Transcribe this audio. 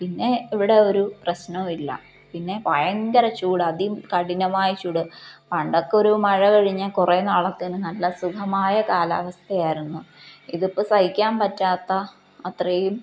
പിന്നെ ഇവിടെ ഒരു പ്രശ്നവും ഇല്ല പിന്നെ ഭയങ്കര ചൂട് അതികഠിനമായ ചൂട് പണ്ടൊക്കെയൊരു മഴ കഴിഞ്ഞാല് കുറേ നാളത്തേനു നല്ല സുഖമായ കാലാവസ്ഥയായിരുന്നു ഇതിപ്പോള് സഹിക്കാൻ പറ്റാത്ത അത്രയും